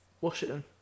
Washington